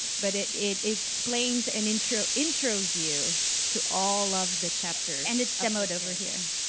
but it it explains and intros intros you to all of the chapters. and it's demoed over here.